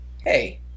hey